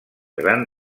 gran